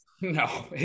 No